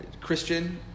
Christian